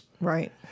Right